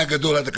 מהגדול ועד הקטן,